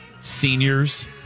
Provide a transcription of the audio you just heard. seniors